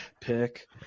Pick